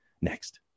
next